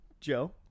Joe